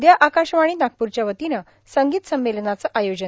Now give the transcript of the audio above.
उद्या आकाशवाणी नागपूरच्या वतीनं संगीत सम्मेलनाचं आयोजन